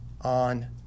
on